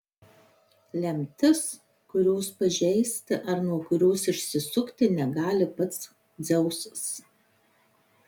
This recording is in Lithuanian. lemtis kurios pažeisti ar nuo kurios išsisukti negali pats dzeusas